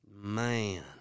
Man